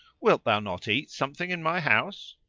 wilt thou not eat some thing in my house?